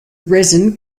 resin